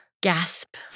Gasp